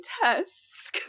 tests